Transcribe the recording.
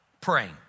praying